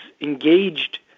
engaged